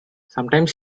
sometimes